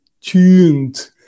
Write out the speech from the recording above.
tuned